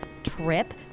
Trip